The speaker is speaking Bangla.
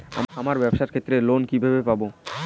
আমার ব্যবসার ক্ষেত্রে লোন কিভাবে পাব?